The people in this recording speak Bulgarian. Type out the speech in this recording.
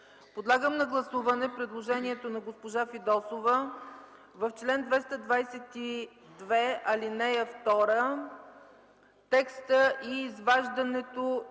Подлагам на гласуване предложението на госпожа Фидосова в чл. 222, ал. 2, текстът „и изваждането